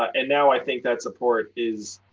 and now i think that support is